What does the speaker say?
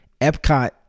Epcot